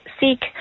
seek